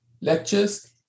lectures